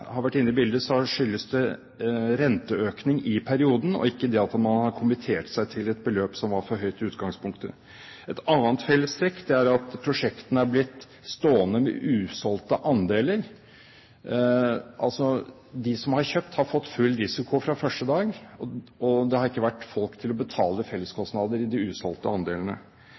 har vært inne i bildet, skyldes det renteøkning i perioden og ikke at man har kommittert seg til et beløp som var for høyt i utgangspunktet. Et annet fellestrekk er at prosjektene er blitt stående med usolgte andeler. Altså: De som har kjøpt, har fått full risiko fra første dag, og det har ikke vært folk til å betale felleskostnader i de usolgte andelene.